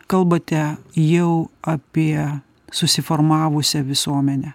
kalbate jau apie susiformavusią visuomenę